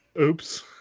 Oops